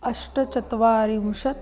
अष्टचत्वारिंशत्